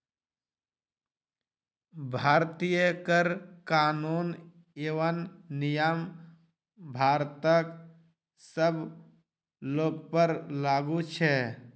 भारतीय कर कानून एवं नियम भारतक सब लोकपर लागू छै